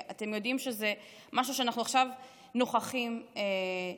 אתם יודעים שזה משהו שאנחנו עכשיו נוכחים שקיים,